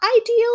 ideal